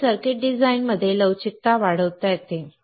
त्यामुळे सर्किट डिझाइनमध्ये लवचिकता वाढवता येते